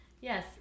Yes